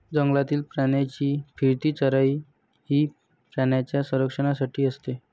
जंगलातील प्राण्यांची फिरती चराई ही प्राण्यांच्या संरक्षणासाठी असते